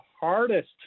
hardest